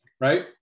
right